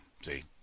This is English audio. see